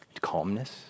calmness